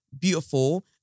Beautiful